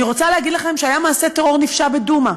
אני רוצה להגיד לכם שהיה מעשה טרור נפשע בדומא.